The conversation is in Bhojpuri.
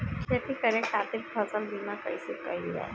खेती करे के खातीर फसल बीमा कईसे कइल जाए?